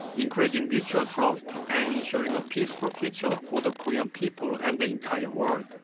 increasing mutual trust and ensuring a peaceful future for the korean people and the entire world.